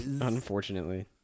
Unfortunately